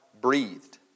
breathed